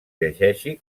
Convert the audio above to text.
llegeixi